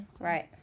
Right